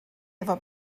efo